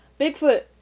Bigfoot